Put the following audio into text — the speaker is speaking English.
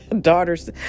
Daughters